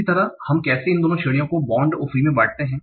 इसी तरह हम कैसे इन दोनों श्रेणियों को बौण्ड तथा फ्री में बाँटते हैं